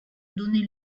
donner